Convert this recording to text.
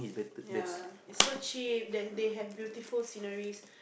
yeah is so cheap and then they have beautiful scenery